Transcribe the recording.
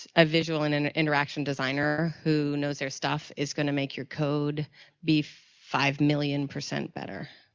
a visual and an interaction designer who knows their stuff is going to make your code be five million percent better.